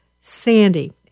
Sandy